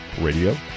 Radio